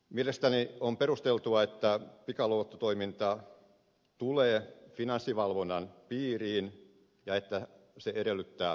mielestäni on perusteltua että pikaluottotoiminta tulee finanssivalvonnan piiriin ja että se edellyttää toimilupaa